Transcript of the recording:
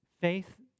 faith